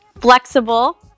Flexible